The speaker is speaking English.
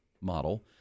model